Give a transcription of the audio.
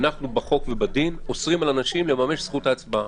אנחנו בחוק אוסרים על אנשים לממש את זכות ההצבעה.